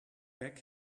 back